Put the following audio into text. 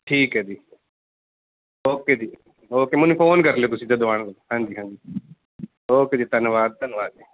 ਠੀਕ ਹੈ ਜੀ ਓਕੇ ਜੀ ਓਕੇ ਮੈਨੂੰ ਫੋਨ ਕਰ ਲਿਓ ਤੁਸੀਂ ਜਦੋਂ ਆਉਣਾ ਹਾਂਜੀ ਹਾਂਜੀ ਓਕੇ ਜੀ ਧੰਨਵਾਦ ਧੰਨਵਾਦ ਜੀ